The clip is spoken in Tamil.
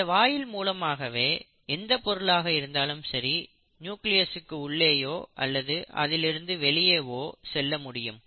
இந்த வாயில் மூலமாகவே எந்த பொருளாக இருந்தாலும் சரி நியூக்ளியசுக்கு உள்ளேயோ அல்லது அதிலிருந்து வெளியேவோ செல்ல முடியும்